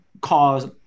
cause